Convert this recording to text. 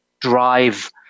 drive